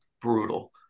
brutal